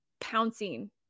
pouncing